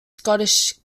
scottish